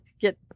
get